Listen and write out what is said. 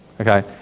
Okay